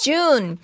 June